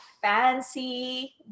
fancy